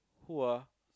who ah